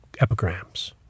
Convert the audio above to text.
epigrams